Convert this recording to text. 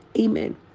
Amen